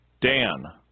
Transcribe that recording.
Dan